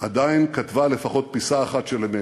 עדיין כתבה לפחות פיסה אחת של אמת.